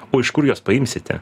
o iš kur juos paimsite